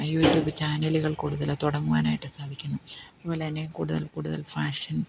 YouTube ചാനലുകൾ കൂടുതൽ തുടങ്ങുവാനായിട്ട് സാധിക്കുന്നു അതുപോലെത്തന്നെ കൂടുതൽ കൂടുതൽ ഫാഷൻ